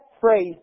phrase